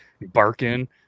Barking